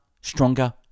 stronger